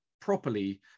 properly